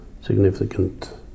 significant